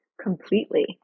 Completely